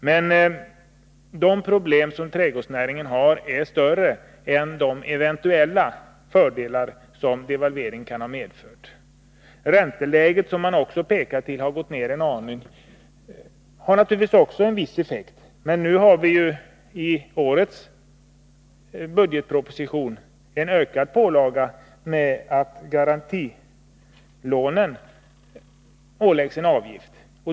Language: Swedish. Men de problem som trädgårdsnäringen har är större än de eventuella fördelar som devalveringen kan ha medfört. Ränteläget, som man också hänvisar till, har gått ned en aning, vilket naturligtvis har en viss effekt. Men nu har vi i årets budgetproposition fått en ökad pålaga genom att man på garantilånen lagt en avgift.